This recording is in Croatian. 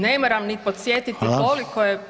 Ne moram ni podsjetiti [[Upadica: Hvala]] koliko je.